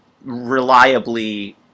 reliably